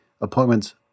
appointments